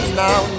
now